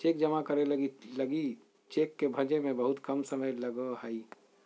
cheque जमा करे लगी लगी चेक के भंजे में बहुत कम समय लगो हइ